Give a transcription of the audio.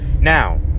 Now